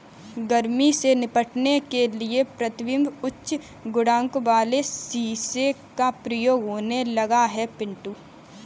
गर्मी से निपटने के लिए प्रतिबिंब उच्च गुणांक वाले शीशे का प्रयोग होने लगा है पिंटू